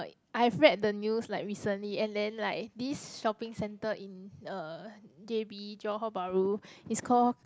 I've read the news like recently and then like this shopping centre in uh J_B Johor-Bahru is call